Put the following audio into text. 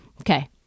Okay